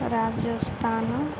Rajasthan